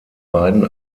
beiden